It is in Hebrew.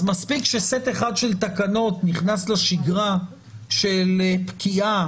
אז מספיק שסט אחד של תקנות נכנס לשגרה של פקיעה